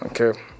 okay